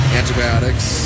antibiotics